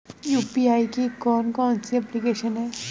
UPI की कौन कौन सी एप्लिकेशन हैं?